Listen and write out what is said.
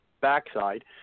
backside